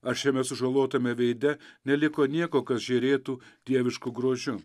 ar šiame sužalotame veide neliko nieko kas žėrėtų dievišku grožiu